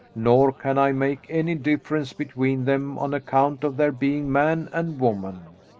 nor can i make any difference between them on account of their being man and woman.